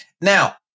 Now